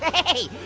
ah hey, hey,